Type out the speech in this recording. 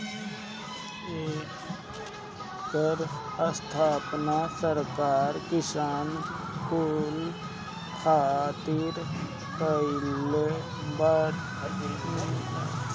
एकर स्थापना सरकार किसान कुल खातिर कईले बावे